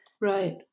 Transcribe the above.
Right